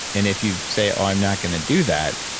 and if you say, oh, i'm not going to do that.